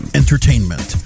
entertainment